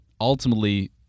ultimately